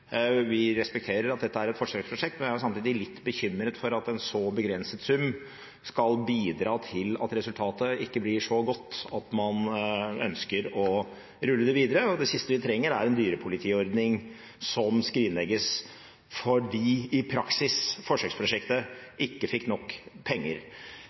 Vi respekterer at dette er et forsøksprosjekt, men vi er samtidig litt bekymret for at en så begrenset sum skal bidra til at resultatet ikke blir så godt at man ønsker å rulle det videre. Det siste vi trenger, er en dyrepolitiordning som skrinlegges fordi – i praksis – forsøksprosjektet ikke fikk nok penger.